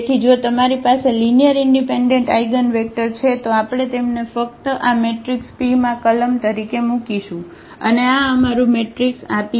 તેથી જો તમારી પાસે લીનીઅરઇનડિપેન્ડન્ટ આઇગનવેક્ટર છે તો આપણે તેમને ફક્ત આ મેટ્રિક્સ p માં કલમ તરીકે મૂકીશું અને આ અમારું મેટ્રિક્સ આ p છે